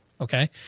okay